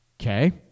Okay